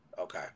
Okay